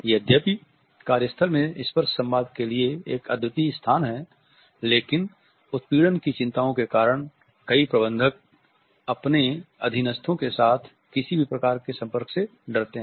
यद्यपि कार्य स्थल स्पर्श संवाद के लिए एक अद्वितीय स्थान है लेकिन उत्पीड़न की चिंताओं के कारण कई प्रबंधक अपने अधीनस्थों के साथ किसी भी प्रकार के संपर्क से डरते हैं